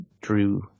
drew